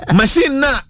machine